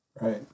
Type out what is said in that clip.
Right